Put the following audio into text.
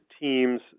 teams